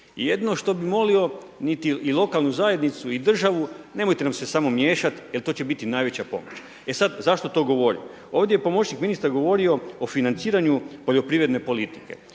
jedino što bih molio i lokalnu zajednicu i državu, nemojte nam se samo miješat jer to će biti najveća pomoć. Zašto to govorim? Ovdje je pomoćnik ministra govorio o financiranju poljoprivredne politike